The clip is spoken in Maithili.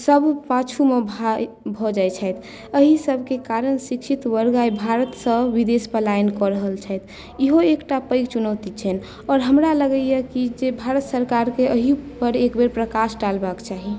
सभ पाछुमे भऽ जाइत छथि एहि सभकेँ कारण सॅं शिक्षित वर्ग आइ भारतसँ विदेश पलायन कऽ रहल छथि इहो एकटा पैघ चुनौती छनि आओर हमरा लगैया कि जे भारत सरकारकेँ एहिपर एक बेर प्रकाश डालबाक चाही